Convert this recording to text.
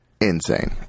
insane